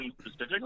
specifically